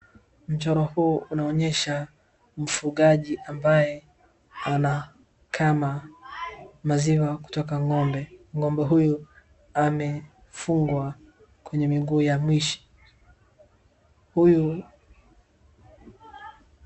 Mchoro huu unaonyesha mfugaji ambaye anakama maziwa kutoka ng'ombe. Ng'ombe huyu amefungwa kwenye miguu ya mwishi. Huyu...